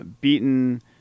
beaten